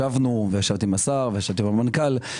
ישבנו וישבתי עם השר ועם המנכ"ל.